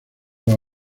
los